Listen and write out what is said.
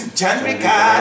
Chandrika